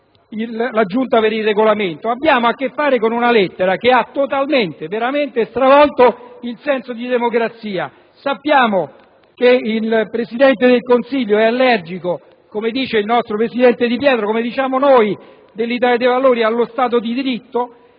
la Giunta per il Regolamento. Abbiamo a che fare con una lettera che ha totalmente stravolto il senso di democrazia. Sappiamo che il Presidente del Consiglio è allergico, come dice il nostro presidente Di Pietro e come diciamo noi, allo Stato di diritto.